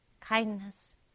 kindness